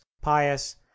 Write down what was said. pious